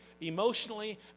emotionally